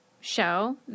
show